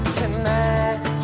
tonight